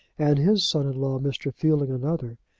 and his son-in-law, mr. fielding, another,